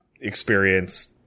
Experience